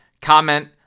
comment